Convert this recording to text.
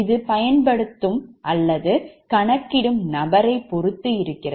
இது பயன்படுத்தும் அல்லது கணக்கிடும் நபரைப் பொருத்து இருக்கிறது